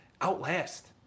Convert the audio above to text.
Outlast